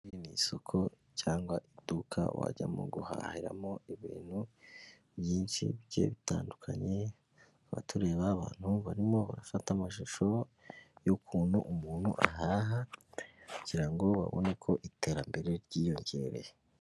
Iri ngiri ni isoko cyangwa iduka wajyamo guhahiramo ibintu byinshi bigiye bitandukanye, tukaba tureba abantu barimo barafata amashusho y'ukuntu umuntu ahaha kugira ngo babone ko iterambere ryiyongereye.